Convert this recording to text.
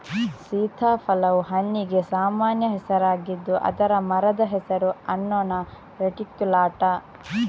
ಸೀತಾಫಲವು ಹಣ್ಣಿಗೆ ಸಾಮಾನ್ಯ ಹೆಸರಾಗಿದ್ದು ಅದರ ಮರದ ಹೆಸರು ಅನ್ನೊನಾ ರೆಟಿಕ್ಯುಲಾಟಾ